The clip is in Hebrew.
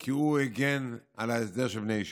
כי הוא הגן על ההסדר של בני הישיבות.